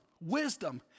wisdom